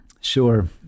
sure